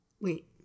Wait